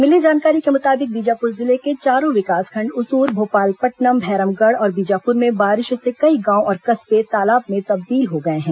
मिली जानकारी के मुताबिक बीजापुर जिले के चारों विकासखंड उसूर भोपालपट्टनम भैरमगढ़ और बीजापुर में बारिश से कई गांव और कस्बे तालाब में तब्दील हो गए हैं